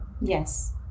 Yes